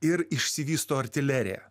ir išsivysto artilerija